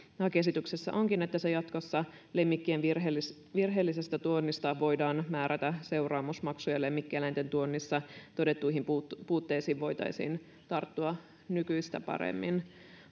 lakiesityksessä onkin että jatkossa lemmikkien virheellisestä virheellisestä tuonnista voidaan määrätä seuraamusmaksu ja että lemmikkieläinten tuonnissa todettuihin puutteisiin voitaisiin tarttua nykyistä paremmin